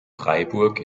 freiburg